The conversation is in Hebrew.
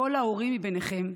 לכל ההורים מביניכם,